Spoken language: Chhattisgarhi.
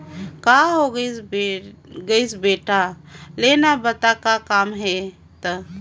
का होये गइस बेटा लेना बता का काम हे त